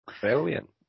brilliant